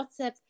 WhatsApp